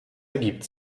ergibt